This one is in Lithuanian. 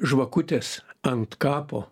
žvakutės ant kapo